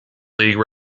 league